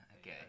Okay